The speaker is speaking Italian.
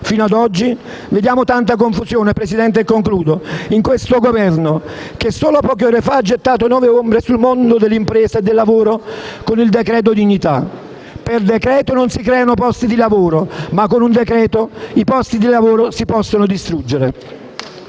Fino a oggi abbiamo visto tanta confusione in questo Governo che, solo poche ore fa, ha gettato nuove ombre sul mondo dell'impresa e del lavoro con il cosiddetto decreto dignità: per decreto-legge non si creano posti di lavoro, ma con un decreto-legge i posti di lavoro si possono distruggere.